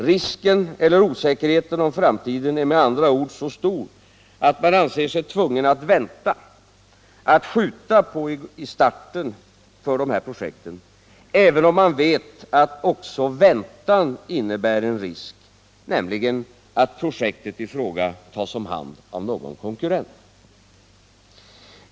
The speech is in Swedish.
Risken eller osäkerheten om framtiden är med andra ord så stor att man anser sig tvungen att vänta, även om man vet att också väntan innebär en risk, nämligen att projektet i fråga tas om hand av någon konkurrent.